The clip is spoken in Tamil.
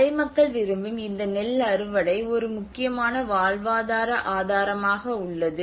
மலை மக்கள் விரும்பும் இந்த நெல் அறுவடை ஒரு முக்கியமான வாழ்வாதார ஆதாரமாக உள்ளது